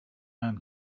man